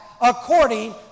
according